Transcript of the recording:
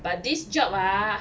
but this job ah